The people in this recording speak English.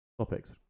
topics